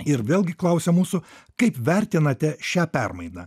ir vėlgi klausia mūsų kaip vertinate šią permainą